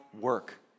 work